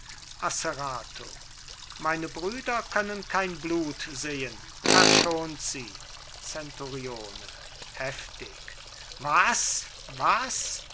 asserato meine brüder können kein blut sehen verschont sie zenturione heftig was was